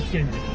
in